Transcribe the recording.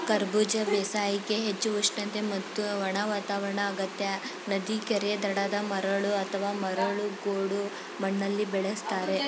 ಕರಬೂಜ ಬೇಸಾಯಕ್ಕೆ ಹೆಚ್ಚು ಉಷ್ಣತೆ ಮತ್ತು ಒಣ ವಾತಾವರಣ ಅಗತ್ಯ ನದಿ ಕೆರೆ ದಡದ ಮರಳು ಅಥವಾ ಮರಳು ಗೋಡು ಮಣ್ಣಲ್ಲಿ ಬೆಳೆಸ್ತಾರೆ